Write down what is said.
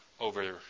over